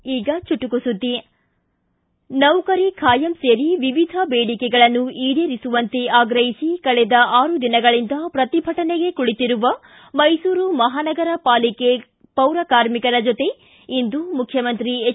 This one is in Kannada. ಈಗ ಚುಟುಕು ಸುದ್ದಿ ನೌಕರಿ ಖಾಯಂ ಸೇರಿ ವಿವಿಧ ದೇಡಿಕೆಗಳನ್ನ ಈಡೇರಿಸುವಂತೆ ಆಗ್ರಹಿಸಿ ಕಳೆದ ಆರು ದಿನಗಳಿಂದ ಪ್ರತಿಭಟನೆಗೆ ಕುಳಿತಿರುವ ಮೈಸೂರು ಮಹಾನಗರ ಪಾಲಿಕೆ ಪೌರ ಕಾರ್ಮಿಕರ ಜತೆ ಇಂದು ಮುಖ್ಯಮಂತ್ರಿ ಹೆಚ್